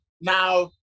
now